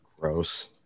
Gross